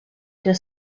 deux